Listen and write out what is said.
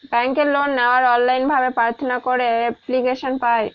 ব্যাঙ্কে লোন নেওয়ার অনলাইন ভাবে প্রার্থনা করে এপ্লিকেশন পায়